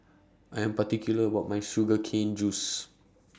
I'm particular about My Sugar Cane Juice